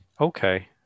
Okay